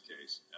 case